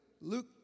Luke